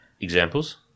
Examples